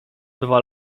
dwa